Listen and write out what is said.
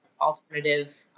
alternative